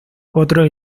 otros